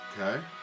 Okay